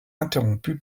interrompu